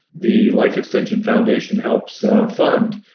the life extension foundation helps fund